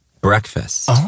breakfast